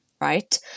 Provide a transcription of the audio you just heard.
right